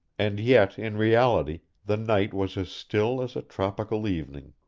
and yet in reality the night was as still as a tropical evening.